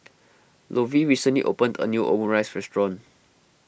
Lovie recently opened a new Omurice restaurant